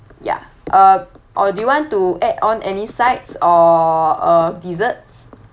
ya uh or do you want to add on any sides or uh desserts